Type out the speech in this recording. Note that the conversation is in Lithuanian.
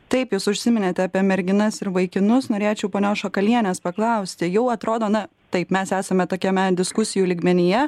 taip jūs užsiminėte apie merginas ir vaikinus norėčiau ponios šakalienės paklausti jau atrodo na taip mes esame tokiame diskusijų lygmenyje